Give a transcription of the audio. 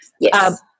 Yes